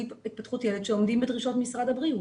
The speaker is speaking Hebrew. התפתחות ילד שעומדים בדרישות משרד הבריאות.